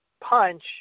Punch